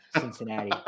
cincinnati